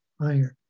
iron